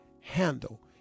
handle